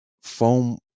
foam